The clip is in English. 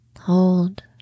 hold